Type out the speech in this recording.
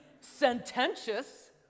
sententious